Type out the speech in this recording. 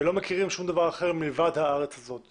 ולא מכירים שום דבר אחר מלבד הארץ הזאת?